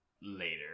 later